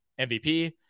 MVP